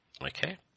okay